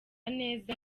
neza